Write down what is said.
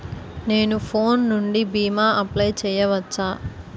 నేను ఫోన్ నుండి భీమా అప్లయ్ చేయవచ్చా?